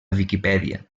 viquipèdia